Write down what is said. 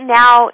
now